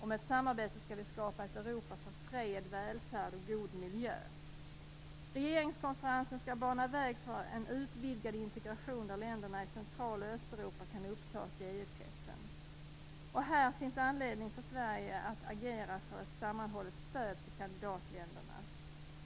Med samarbete skall vi skapa ett Europa för fred, välfärd och god miljö. Regeringskonferensen skall bana väg för en utvidgad integration där länderna i Central och Östeuropa kan upptas i EU-kretsen. Här finns anledning för Sverige att agera för ett sammanhållet stöd till kandidatländerna.